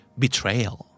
betrayal